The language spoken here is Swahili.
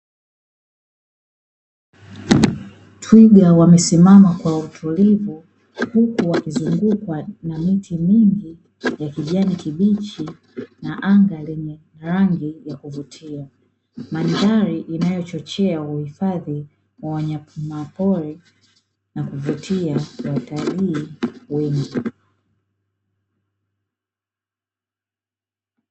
Twiga wamesimama kwa utulivu na huku wamezungukwa na miti mingi ya kijani kibichi na anga lenye rangi ya kuvutia, mandhari inayochochea uhifadhi wa wanyama pori na kuvutia watalii wengi.